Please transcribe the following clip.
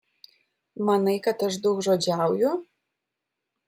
manai kad aš daugžodžiauju